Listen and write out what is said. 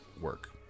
work